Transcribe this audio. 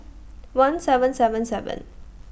one seven seven seven